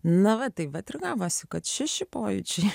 na va tai va treniravosi kad šeši pojūčiai